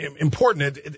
important